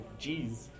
Jeez